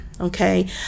Okay